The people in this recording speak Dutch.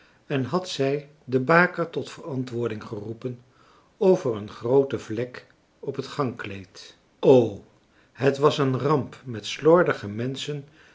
en had zij de baker tot verantwoording geroepen over een groote vlek op het gangkleed o het was een ramp met slordige menschen